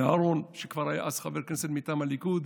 אהרן, שכבר היה אז חבר כנסת מטעם הליכוד,